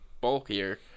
bulkier